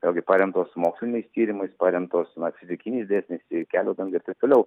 vėlgi paremtos moksliniais tyrimais paremtos na fizikiniais dėsniais ir kelio danga ir taip toliau